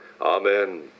Amen